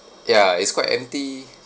ya it's quite empty